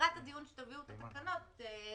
לקראת הדיון שבו תביאו את התקנות תנסו